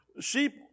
sheep